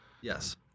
Yes